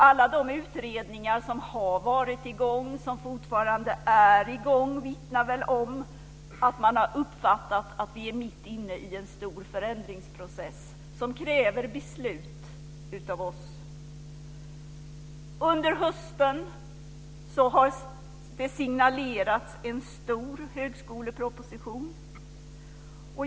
Alla de utredningar som har gjorts och som fortfarande pågår vittnar väl om att man har uppfattat att vi är mitt inne i en stor förändringsprocess som kräver beslut av oss. En stor högskoleproposition har signalerats under hösten.